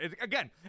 Again